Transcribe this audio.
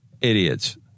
idiots